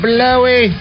Blowy